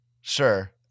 sure